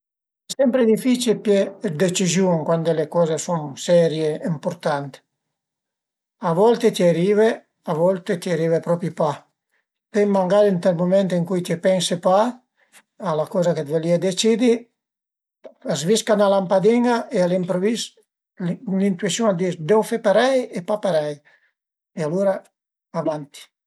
Al e sempre dificil pìé dë deciziun cuand le coze a sun serie e ëmpurtante. A volte t'ie arive, a volte t'ia arive propi pa, pöi magari ënt ël mument che t'ie pense pa a la coza che vulìe decidi, a zvisca 'na lampadin-a e a l'impruvis, l'intüisiun a dis deu fe parei e pa parei e alura avanti